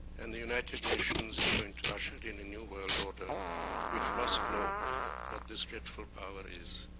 and the united nations is going to usher in a new world order which must know what this dreadful power is.